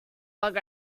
bug